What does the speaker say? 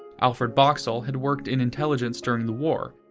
alfred boxall had worked in intelligence during the war,